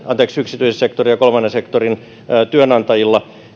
yksityisen sektorin ja kolmannen sektorin työnantajilla